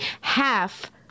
half